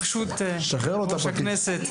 ברשות יושב-ראש הכנסת --- שחרר לו את הפטיש.